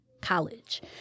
college